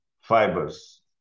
fibers